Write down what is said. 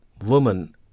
woman